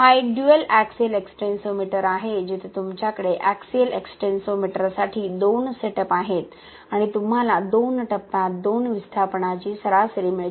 हा एक dual axial extensometer आहे जेथे तुमच्याकडे एक्सीयल एक्सटेन्सोमीटरसाठी दोन सेटअप आहेत आणि तुम्हाला दोन टप्प्यांत दोन विस्थापनाची सरासरी मिळते